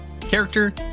Character